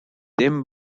them